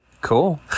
Cool